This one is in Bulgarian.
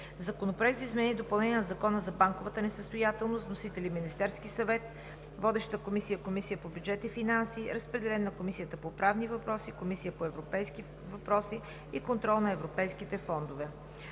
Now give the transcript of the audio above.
Законопроект за изменение и допълнение на Закона за банковата несъстоятелност. Вносител е Министерският съвет. Водеща комисия е Комисията по бюджет и финанси. Разпределен е на Комисията по правни въпроси, Комисията по европейски въпроси и контрол на европейските фондове.